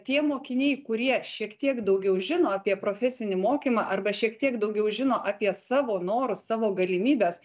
tie mokiniai kurie šiek tiek daugiau žino apie profesinį mokymą arba šiek tiek daugiau žino apie savo norus savo galimybes